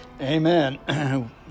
amen